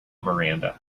miranda